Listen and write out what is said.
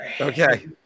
Okay